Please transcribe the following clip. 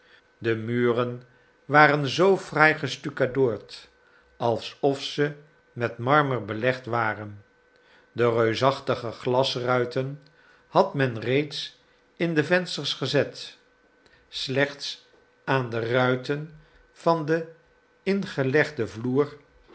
de muren waren zoo fraai gestukadoord alsof ze met marmer belegd waren de reusachtige glasruiten had men reeds in de vensters gezet slechts aan de ruiten van den ingelegden vloer